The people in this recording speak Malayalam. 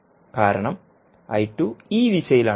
കാരണം ഈ ദിശയിലാണ്